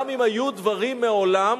גם אם היו דברים מעולם,